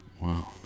Wow